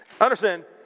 Understand